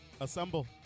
Assemble